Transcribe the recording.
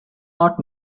not